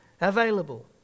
available